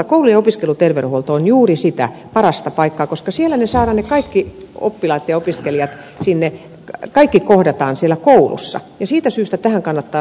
koulu ja opiskeluterveydenhuolto on juuri se paras paikka koska kaikki oppilaat ja opiskelijat kohdataan siellä koulussa ja siitä syystä tähän kannattaa satsata